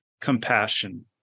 compassion